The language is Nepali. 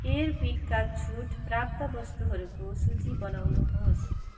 एयरविकका छुट प्राप्त वस्तुहरूको सूची बनाउनुहोस्